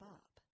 up